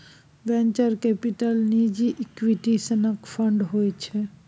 venture capital निजी equity सनक fund होइ छै